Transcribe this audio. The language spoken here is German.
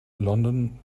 london